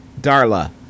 Darla